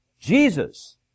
Jesus